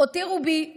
הותירו בי